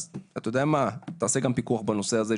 אז תעשה פיקוח גם בנושא הזה,